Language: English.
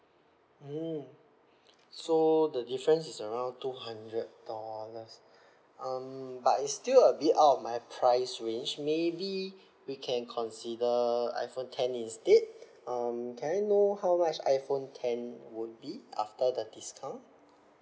mm so the difference is around two hundred dollars um but it's still a bit out of my price range maybe we can consider iphone ten instead um can I know how much iphone ten would be after the discount